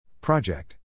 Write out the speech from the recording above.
Project